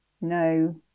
No